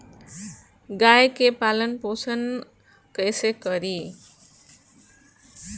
गाय के पालन पोषण पोषण कैसे करी?